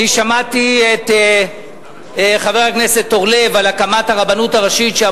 אני שמעתי את חבר הכנסת אורלב על הקמת הרבנות הראשית,